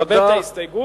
לקבל את ההסתייגות,